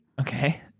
Okay